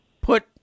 Put